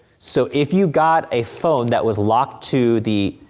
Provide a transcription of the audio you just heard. so, if you got a phone that was locked to the,